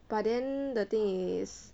but then the thing is